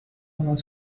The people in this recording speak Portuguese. falar